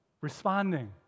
responding